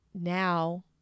now